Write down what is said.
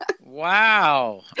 Wow